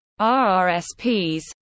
RRSPs